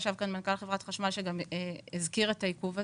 ישב כאן מנכ"ל חברת החשמל שהזכיר את העיכוב הזה.